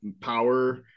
power